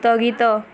ସ୍ଥଗିତ